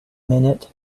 minute